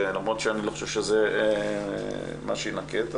למרות שאני לא חושב שזה מה שיינקט,